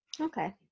okay